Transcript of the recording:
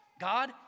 God